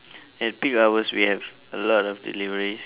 at peak hours we have a lot of deliveries